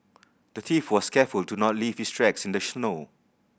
the thief was careful to not leave his tracks in the snow